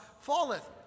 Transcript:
falleth